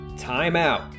timeout